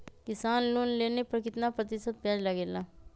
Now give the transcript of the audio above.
किसान लोन लेने पर कितना प्रतिशत ब्याज लगेगा?